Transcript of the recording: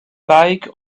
bike